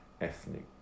ethnic